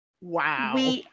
wow